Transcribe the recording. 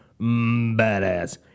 badass